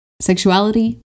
sexuality